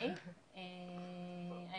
את